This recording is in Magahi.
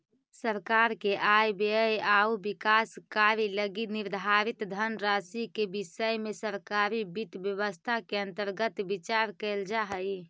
सरकार के आय व्यय आउ विकास कार्य लगी निर्धारित धनराशि के विषय में सरकारी वित्त व्यवस्था के अंतर्गत विचार कैल जा हइ